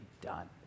done